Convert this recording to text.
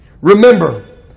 Remember